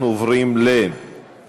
אנחנו עוברים לחקיקה,